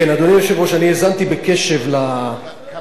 אדוני היושב-ראש, אני האזנתי בקשב, כמה יש?